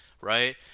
right